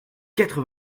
quatre